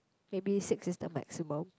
maybe six is the maximum